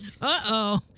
Uh-oh